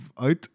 out